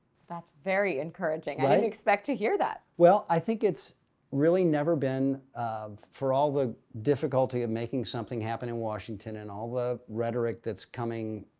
that's very encouraging. i didn't expect to hear that. well, i think it's really never been, um for all the difficulty of making something happen in washington and all the rhetoric that's coming,